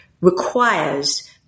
requires